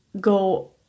go